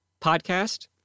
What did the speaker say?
Podcast